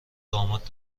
داماد